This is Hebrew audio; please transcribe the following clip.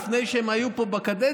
לפני שהם היו פה בקואליציה,